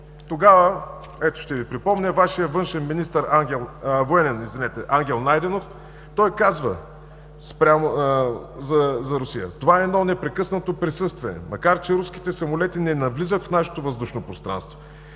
тогава Вашият военен министър Ангел Найденов казва за Русия: „Това е едно непрекъснато присъствие, макар че руските самолети не навлизат в нашето въздушно пространство.